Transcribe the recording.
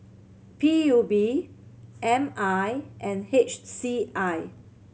P U B M I and H C I